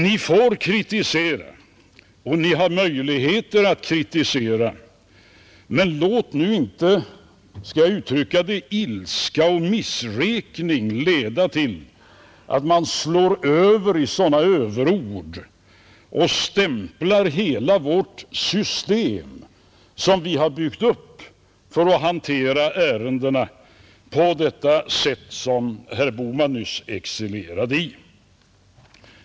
Ni får kritisera och ni har möjlighet att kritisera, men låt inte vad jag vill beteckna som ilska och missräkning leda till att ni slår över i sådana överord och stämplar hela vårt system — som vi har byggt upp för att hantera ärendena — på det sätt som herr Bohman nyss excellerade i.